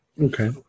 Okay